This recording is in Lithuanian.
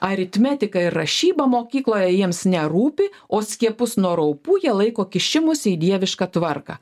aritmetika ir rašyba mokykloje jiems nerūpi o skiepus nuo raupų jie laiko kišimusi į dievišką tvarką